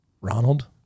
Ronald